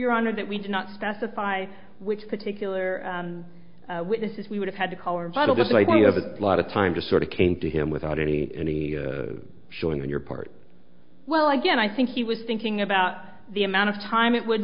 your honor that we did not specify which particular witnesses we would have had to call or vital just like you have a lot of time to sort of came to him without any any showing on your part well again i think he was thinking about the amount of time it would